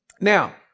Now